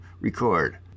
Record